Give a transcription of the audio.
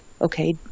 okay